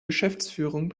geschäftsführung